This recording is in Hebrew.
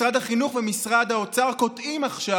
משרד החינוך ומשרד האוצר קוטעים עכשיו.